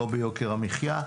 לא ביוקר המחיה.